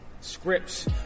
Scripts